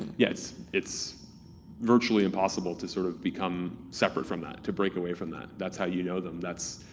yes it's virtually impossible to sort of become separate from that, to break away from that. that's how you know them, that's.